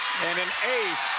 and an eight